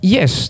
Yes